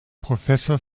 professor